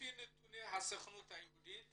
לפי נתוני הסוכנות היהודית